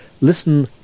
listen